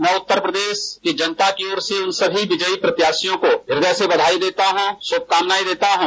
मैं उत्तर प्रदेश की जनता की ओर से सभी विजयी प्रत्याशियों की हृदय से बधाई देता हूँ शुभकामनाएं देता हूँ